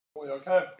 okay